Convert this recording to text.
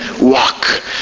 walk